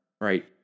right